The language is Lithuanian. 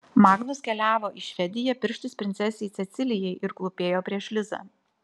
magnus keliavo į švediją pirštis princesei cecilijai ir klūpėjo prieš lizą